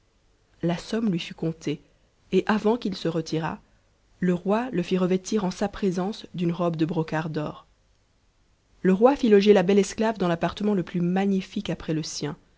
la somme lui fut comptée et ant qu'il se retirât le roi le fit revêtir en sa présence d'une robe de brocart d'or roi fit loger la belle esclave dans l'appartement le plus magnifique après le sien